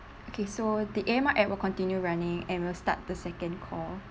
okay so the A_M_R app will continue running and we'll start the second call